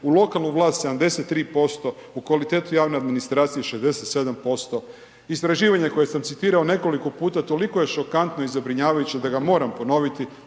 u lokalnu vlast 73%, u kvalitetu javne administracije 67% istraživanje koje sam citirao nekoliko puta, toliko je šokantno i zabrinjavajuće da ga moram ponoviti,